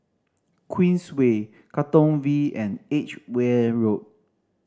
Queensway Katong V and Edgware Road